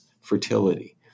fertility